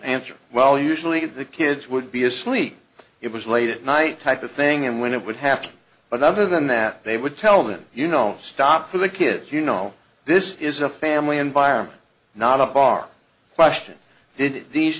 answered well usually the kids would be asleep it was late at night type of thing and when it would happen but other than that they would tell them you know stop for the kids you know this is a family environment not a bar question did these